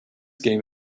game